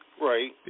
Right